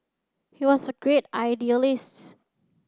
he was a great idealist